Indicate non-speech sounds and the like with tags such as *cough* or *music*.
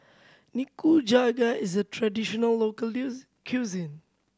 nikujaga is a traditional local *unintelligible* cuisine